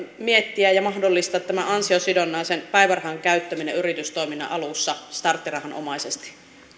miettiä ja mahdollistaa tämä ansiosidonnaisen päivärahan käyttäminen yritystoiminnan alussa starttirahanomaisesti